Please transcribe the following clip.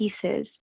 pieces